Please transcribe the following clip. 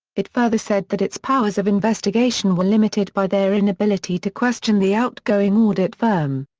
it further said that its powers of investigation were limited by their inability to question the outgoing audit firm.